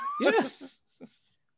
Yes